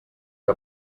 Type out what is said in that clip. que